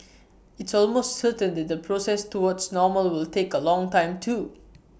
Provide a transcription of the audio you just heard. it's almost certain that the process towards normal will take A long time too